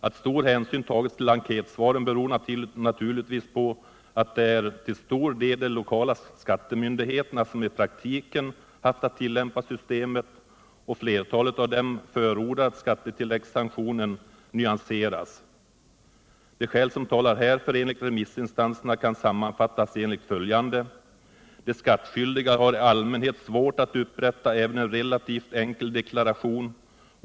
Att stor hänsyn tagits till enkätsvaren beror naturligtvis på att det till stor del är de lokala skattemyndigheterna som i praktiken haft att tillämpa systemet. Flertalet av dem förordar att skattetilläggssanktionen nyanseras. De skäl som talar härför enligt remissinstanserna kan sammanfattas enligt följande. De skattskyldiga har i allmänhet svårt att upprätta även en relativt enkel deklaration.